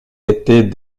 était